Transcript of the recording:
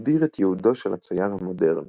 הגדיר את יעודו של הצייר ה"מודרני"